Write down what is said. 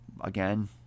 Again